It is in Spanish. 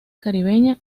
caribeña